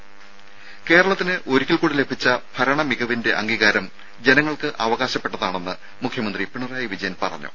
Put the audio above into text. രും കേരളത്തിന് ഒരിക്കൽക്കൂടി ലഭിച്ച ഭരണമികവിന്റെ അംഗീകാരം ജനങ്ങൾക്ക് അവകാശപ്പെട്ടതാണെന്ന് മുഖ്യമന്ത്രി പിണറായി വിജയൻ പറഞ്ഞു